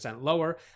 Lower